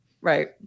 Right